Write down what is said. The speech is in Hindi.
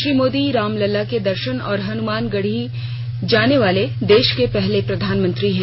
श्री मोदी रामलला के दर्शन और हनुमान गढ़ी जानेवाले देश पहले प्रधानमंत्री हैं